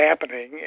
happening